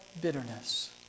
bitterness